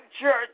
Church